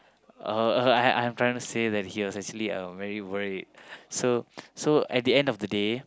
uh I I I'm trying to say he was actually very worried so so at the end of the day